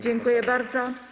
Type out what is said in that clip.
Dziękuję bardzo.